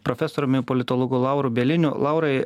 profesoriumi politologu lauru bieliniu laurai